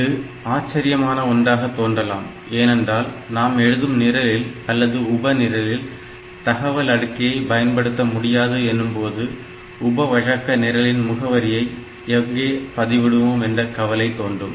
இது ஆச்சரியமான ஒன்றாகத் தோன்றலாம் ஏனென்றால் நாம் எழுதும் நிரலில் அல்லது உபநிரலில் தகவல் அடுக்கியை பயன்படுத்த முடியாது எனும்போது உப வழக்க நிரலின் முகவரியை எங்கே பதிவிடுவோம் என்ற கவலை தோன்றும்